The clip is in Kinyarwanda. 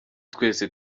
twese